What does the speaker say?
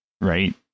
right